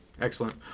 excellent